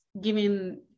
giving